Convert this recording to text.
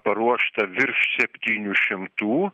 paruošta virš septynių šimtų